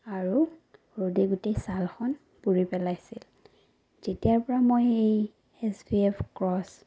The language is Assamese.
আৰু ৰ'দে গোটেই ছালখন পুৰি পেলাইছিল যেতিয়াৰ পৰা মই এই এছ পি এফ ক্ৰছ